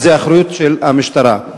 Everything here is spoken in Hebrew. וזו אחריות של המשטרה.